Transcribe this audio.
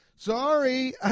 Sorry